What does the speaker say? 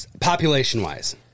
Population-wise